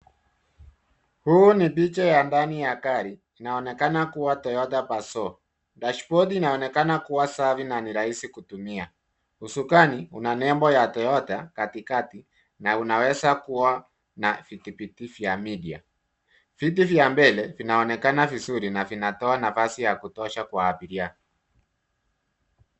Huu ni picha ya ndani ya gari, inaonekana kuwa Toyota Passo, dashbodi inaonekana kuwa safi na ni rahisi kutumia. usukani una nembo ya Toyota katikati na unaweza kuwa na vidhibiti vya media .Viti vya mbele vinaonekana vizuri na vinatoa nafasi ya kutosha kwa abiria.